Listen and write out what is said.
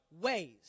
ways